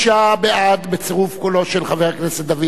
29 בעד, בצירוף קולו של חבר הכנסת דוד רותם.